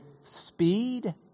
speed